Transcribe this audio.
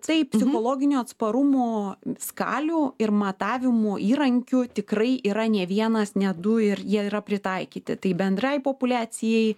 tai psichologinio atsparumo skalių ir matavimo įrankių tikrai yra ne vienas ne du ir jie yra pritaikyti tai bendrai populiacijai